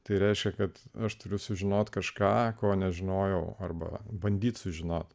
tai reiškia kad aš turiu sužinot kažką ko nežinojau arba bandyti sužinoti